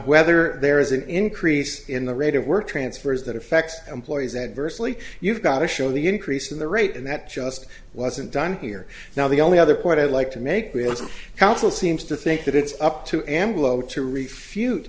whether there is an increase in the rate of work transfers that affects employees adversely you've got to show the increase in the rate and that just wasn't done here now the only other point i'd like to make religion council seems to think that it's up to amarillo to refute